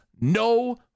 no